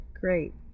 great